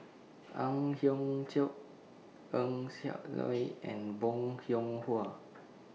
Ang Hiong Chiok Eng Siak Loy and Bong Hiong Hwa